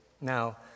Now